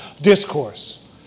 discourse